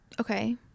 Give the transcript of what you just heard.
Okay